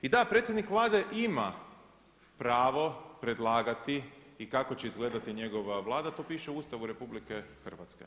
I da, predsjednik Vlade ima pravo predlagati i kako će izgledati njegova Vlada to piše u Ustavu RH.